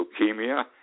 leukemia